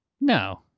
No